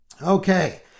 Okay